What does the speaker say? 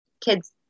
kids